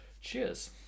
cheers